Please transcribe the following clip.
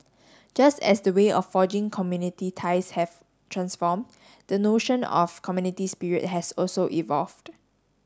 just as the way of forging community ties have transformed the notion of community spirit has also evolved